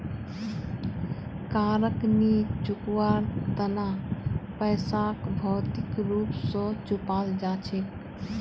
कारक नी चुकवार तना पैसाक भौतिक रूप स चुपाल जा छेक